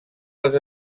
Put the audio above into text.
les